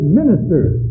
ministers